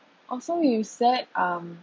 also you said um